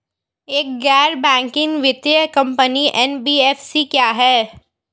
एक गैर बैंकिंग वित्तीय कंपनी एन.बी.एफ.सी क्या है?